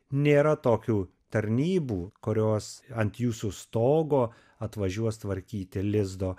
nėra tokių tarnybų kurios ant jūsų stogo atvažiuos tvarkyti lizdo